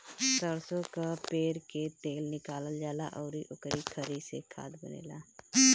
सरसो कअ पेर के तेल निकालल जाला अउरी ओकरी खरी से खाद बनेला